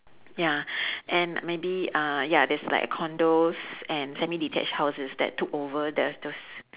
ya and maybe uh ya there's like condos and semi detached houses that took over th~ those